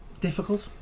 Difficult